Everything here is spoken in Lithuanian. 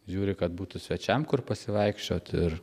žiūri kad būtų svečiam kur pasivaikščiot ir